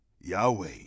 Yahweh